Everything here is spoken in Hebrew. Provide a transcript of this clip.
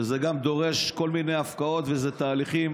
וזה גם דורש כל מיני הפקעות, ואלה תהליכים